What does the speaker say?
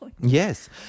Yes